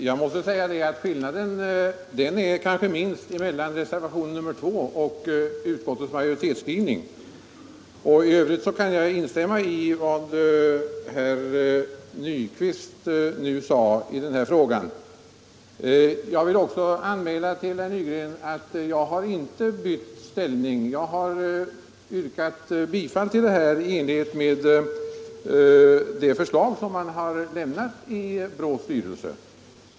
Fru talman! Skillnaden är kanske minst mellan reservationen 2 och utskottsmajoritetens skrivning. I övrigt kan jag instämma i vad herr Nyquist nyss sade i denna fråga. Jag vill också anmäla till herr Nygren att jag inte har bytt ståndpunkt. Jag har yrkat bifall till det förslag som har lämnats av BRÅ:s styrelse.